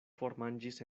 formanĝis